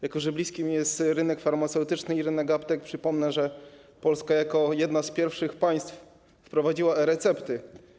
Jako że bliski mi jest rynek farmaceutyczny i rynek aptek, przypomnę, że Polska jako jedno z pierwszych państw wprowadziła e-recepty.